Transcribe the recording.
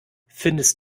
findest